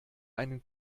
einen